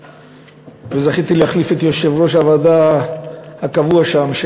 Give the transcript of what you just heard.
זכיתי להחליף את יושב-ראש הוועדה הקבוע שם,